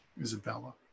Isabella